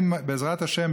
בעזרת השם,